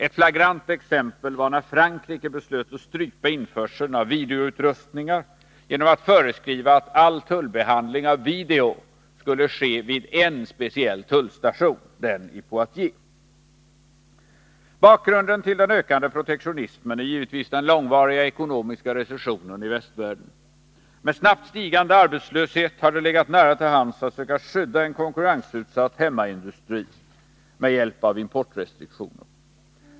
Ett flagrant exempel var när Frankrike beslöt att strypa införseln av videoutrustningar genom att föreskriva att all tullbehandling av video skulle ske vid en speciell tullstation — den i Poitiers. Bakgrunden till den ökande protektionismen är givetvis den långvariga ekonomiska recessionen i västvärlden. Med snabbt stigande arbetslöshet har det legat nära till hands att söka skydda en konkurrensutsatt hemmaindustri med hjälp av importrestriktioner.